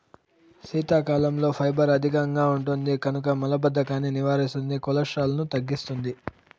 సీతాఫలంలో ఫైబర్ అధికంగా ఉంటుంది కనుక మలబద్ధకాన్ని నివారిస్తుంది, కొలెస్ట్రాల్ను తగ్గిస్తుంది